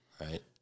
Right